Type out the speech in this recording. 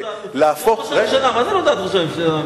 מה זאת אומרת זו לא עמדת הממשלה?